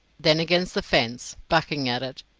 then against the fence, bucking at it,